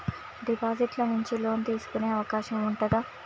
Deposit ల నుండి loan తీసుకునే అవకాశం ఉంటదా?